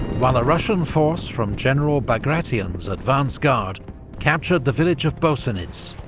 while a russian force from general bagration's advance guard captured the village of bosenitz,